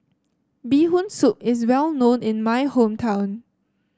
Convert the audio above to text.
Bee Hoon Soup is well known in my hometown